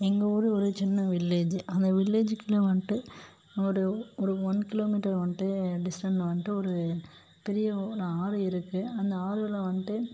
எங்கள் ஊர் ஒரு சின்ன வில்லேஜ் அந்த வில்லேஜுக்குள்ளே வந்துட்டு ஒரு ஒரு ஒன் கிலோமீட்டர் வந்துட்டு டிஸ்டனில் வந்துட்டு ஒரு பெரிய ஒரு ஆறு இருக்குது அந்த ஆற்றில் வந்துட்டு